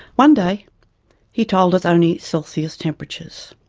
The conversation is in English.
one day he told us only celsius temperatures.